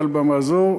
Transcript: מעל במה זו,